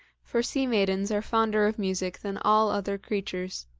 for sea-maidens are fonder of music than all other creatures.